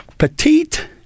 petite